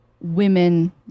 women